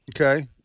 Okay